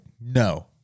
no